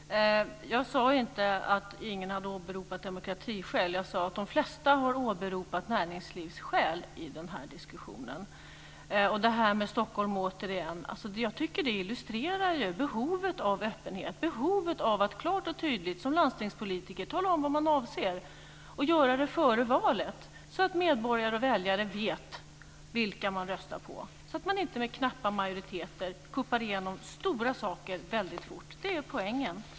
Fru talman! Jag sade inte att ingen hade åberopat demokratiskäl. Jag sade att de flesta har åberopat näringslivsskäl i den här diskussionen. Återigen vill jag säga något om Stockholm. Jag tycker att detta exempel illustrerar behovet av öppenhet, behovet av att som landstingspolitiker klart och tydligt tala om vad man avser, och göra det före valet, så att medborgare och väljare vet vilka de röstar på, så att man inte med knappa majoriteter kuppar igenom stora saker väldigt fort. Det är poängen.